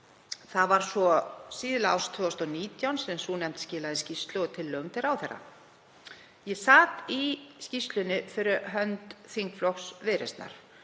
Það var svo síðla árs 2019 sem nefndin skilaði skýrslu og tillögum til ráðherra. Ég sat í nefndinni fyrir hönd þingflokks Viðreisnar.